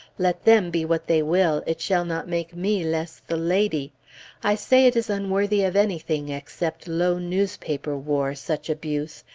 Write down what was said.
let them be what they will, it shall not make me less the lady i say it is unworthy of anything except low newspaper war, such abuse,